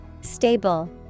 Stable